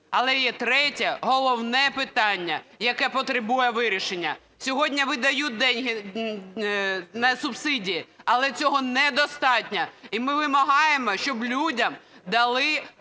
Але є третє, головне питання, яке потребує вирішення. Сьогодні видають деньги, не субсидії, але цього недостатньо. І ми вимагаємо, щоб людям дали